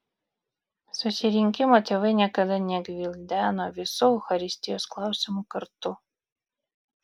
susirinkimo tėvai niekada negvildeno visų eucharistijos klausimų kartu